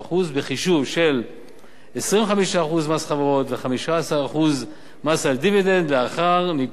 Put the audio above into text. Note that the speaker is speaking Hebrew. בחישוב של 25% מס חברות ו-15% מס על דיבידנד לאחר ניכוי מס החברות.